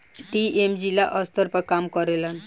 DM जिला स्तर पर काम करेलन